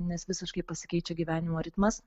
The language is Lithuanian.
nes visiškai pasikeičia gyvenimo ritmas